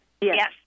Yes